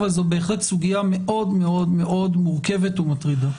אבל זאת בהחלט סוגיה מאוד מאוד מורכבת ומטרידה.